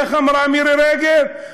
איך אמרה מירי רגב: